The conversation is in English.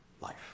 life